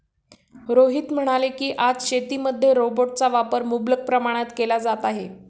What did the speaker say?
रोहित म्हणाले की, आज शेतीमध्ये रोबोटचा वापर मुबलक प्रमाणात केला जात आहे